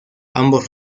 ambos